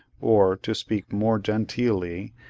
or, to speak more genteelly,